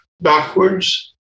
backwards